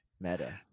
meta